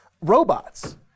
robots